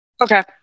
Okay